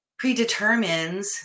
predetermines